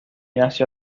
nació